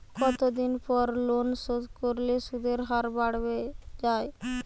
কতদিন পর লোন শোধ করলে সুদের হার বাড়ে য়ায়?